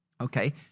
Okay